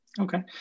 Okay